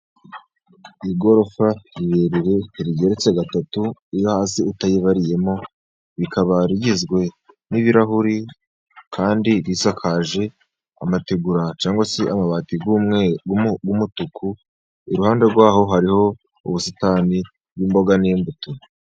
Igorofa rirerire rigeretse gatatu iyo hasi utayibariyemo rikaba rigizwe n'ibirahuri kandi risakaje amategura cyangwa se amabati y'umutuku iruhande rwaho hariho ubusitani bw'imboga n'imbuto.